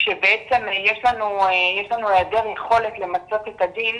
כשבעצם יש לנו היעדר יכולת למצות את הדיון